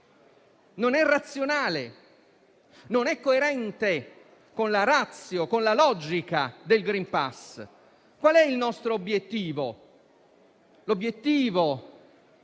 Non è razionale, non è coerente con la *ratio* e con la logica del *green pass*. Qual è il nostro obiettivo? L'obiettivo è